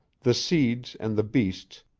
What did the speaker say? the seeds and the beasts,